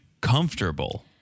comfortable